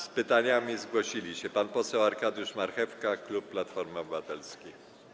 Z pytaniem zgłosił się pan poseł Arkadiusz Marchewka, klub Platformy Obywatelskiej.